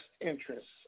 interests